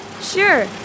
Sure